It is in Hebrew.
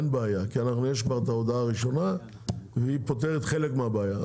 אין בעיה כי כבר יש את ההודעה הראשונה והיא פותרת חלק מהבעיה.